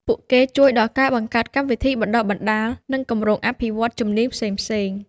ពួកគេជួយដល់ការបង្កើតកម្មវិធីបណ្តុះបណ្តាល និងគម្រោងអភិវឌ្ឍន៍ជំនាញផ្សេងៗ។